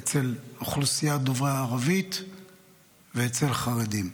אצל אוכלוסיית דוברי ערבית ואצל חרדים.